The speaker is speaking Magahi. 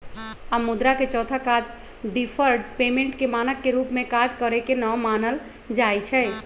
अब मुद्रा के चौथा काज डिफर्ड पेमेंट के मानक के रूप में काज करेके न मानल जाइ छइ